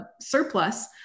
surplus